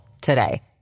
today